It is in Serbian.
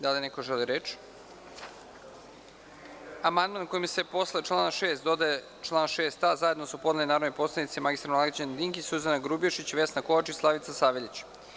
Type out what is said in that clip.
Da li neko želi reč? (Ne.) Amandman koji se posle člana 6. dodaje član 6a, zajedno su podneli narodni poslanici mr Mlađan Dinkić, Suzana Grubješić, Vesna Kovač i Slavica Saveljić.